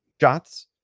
shots